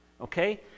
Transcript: Okay